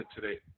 today